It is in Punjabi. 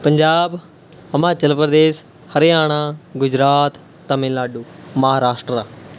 ਪੰਜਾਬ ਹਿਮਾਚਲ ਪ੍ਰਦੇਸ਼ ਹਰਿਆਣਾ ਗੁਜਰਾਤ ਤਾਮਿਲਨਾਡੂ ਮਹਾਰਾਸ਼ਟਰ